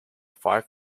five